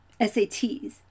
SATs